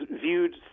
viewed